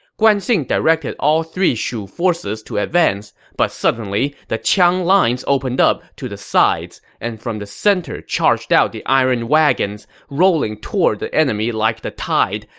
guan xing directed all three forces to advance, but suddenly, the qiang lines opened up to the sides, and from the center charged out the iron wagons, rolling toward the enemy like the tide,